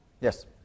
Yes